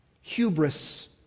Hubris